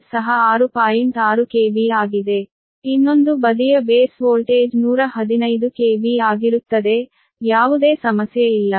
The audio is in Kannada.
ಆದ್ದರಿಂದ ಇನ್ನೊಂದು ಬದಿಯ ಬೇಸ್ ವೋಲ್ಟೇಜ್ 115 KV ಆಗಿರುತ್ತದೆ ಆದ್ದರಿಂದ ಯಾವುದೇ ಸಮಸ್ಯೆ ಇಲ್ಲ